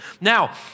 Now